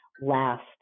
last